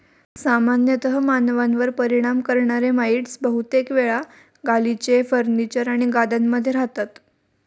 सामान्यतः मानवांवर परिणाम करणारे माइटस बहुतेक वेळा गालिचे, फर्निचर आणि गाद्यांमध्ये रहातात